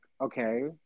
okay